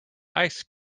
ice